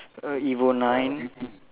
a Evo nine